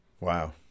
Wow